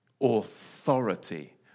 Authority